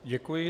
Děkuji.